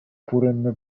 пурӑннӑ